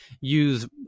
use